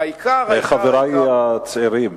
והעיקר, חברי הצעירים,